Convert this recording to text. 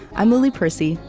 i'm lily percy,